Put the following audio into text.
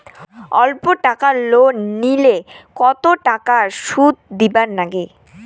অল্প টাকা লোন নিলে কতো টাকা শুধ দিবার লাগে?